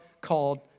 called